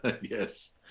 Yes